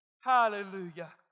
Hallelujah